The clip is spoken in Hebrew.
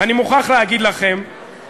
אני מוכרח להגיד לכם,